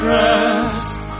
rest